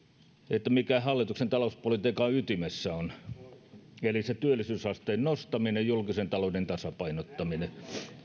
mikä on hallituksen talouspolitiikan ytimessä työllisyysasteen nostaminen julkisen talouden tasapainottaminen